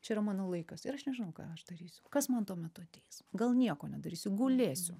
čia yra mano laikas ir aš nežinau ką aš darysiu kas man tuo metu ateis gal nieko nedarysiu gulėsiu